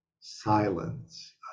silence